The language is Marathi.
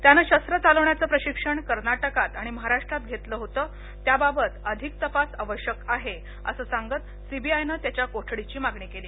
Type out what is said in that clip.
त्यानं शस्त्र चालवण्याच प्रशिक्षण कर्नाटकात आणि महाराष्ट्रात घेतल होत त्याबाबत अधिक तपास आवश्यक आहे असं सांगत सीबीआयनं त्याच्या कोठडीची मागणी केली